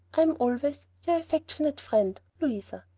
i am always your affectionate friend, louisa.